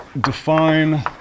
Define